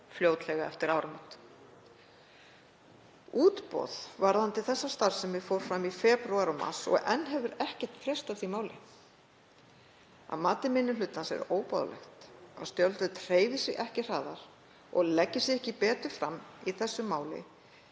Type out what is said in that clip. fljótlega eftir áramót. Útboð varðandi þessa starfsemi fór fram í febrúar og mars og enn hefur ekkert frést af því máli. Að mati minni hlutans er óboðlegt að stjórnvöld hreyfi sig ekki hraðar og leggi sig ekki betur fram í þessu máli